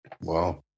Wow